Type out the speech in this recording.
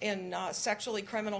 in sexually criminal